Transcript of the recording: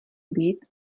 být